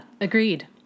agreed